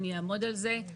אני אעמוד על זה.